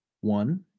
One